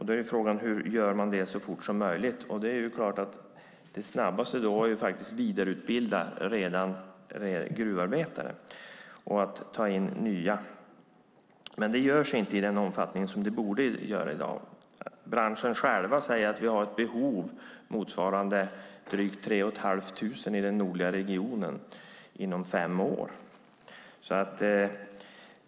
Då är frågan hur man gör det så fort som möjligt. Det är klart att det snabbaste då är att vidareutbilda gruvarbetare och att ta in nya. Men det görs inte i den omfattning som det borde göras. I branschen säger man att det finns ett behov motsvarande drygt 3 500 i den nordliga regionen inom fem år.